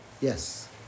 Yes